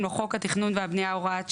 לו חוק התכנון והבניה הוראת שעה,